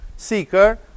Seeker